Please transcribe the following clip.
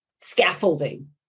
scaffolding